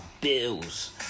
bills